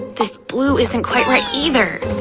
this blue isn't quite right either.